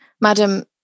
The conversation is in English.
Madam